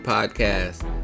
Podcast